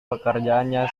pekerjaannya